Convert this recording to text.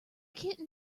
kitten